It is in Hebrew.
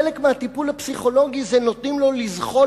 חלק מהטיפול הפסיכולוגי זה לתת לו לזחול